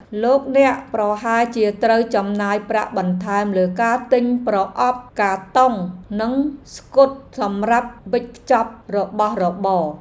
លោកអ្នកប្រហែលជាត្រូវចំណាយប្រាក់បន្ថែមលើការទិញប្រអប់កាតុងនិងស្កុតសម្រាប់វេចខ្ចប់របស់របរ។